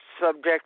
subject